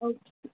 okay